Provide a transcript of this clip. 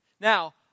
Now